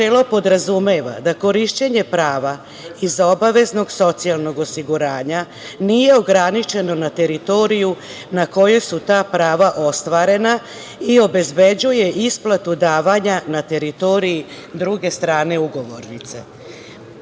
načelo podrazumeva da korišćenje prava iz obaveznog socijalnog osiguranja nije ograničeno na teritoriju na kojoj su ta prava ostvarena i obezbeđuje isplatu davanja na teritoriji druge strane ugovornice.